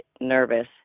nervous